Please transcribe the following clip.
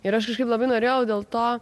ir aš kažkaip labai norėjau dėl to